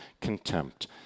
contempt